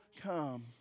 come